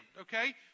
Okay